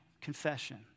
confession